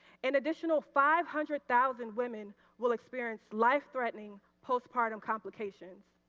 an additional five hundred thousand women will experience life threatening post paur tum economications.